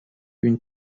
une